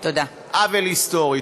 של עוול היסטורי.